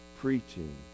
preaching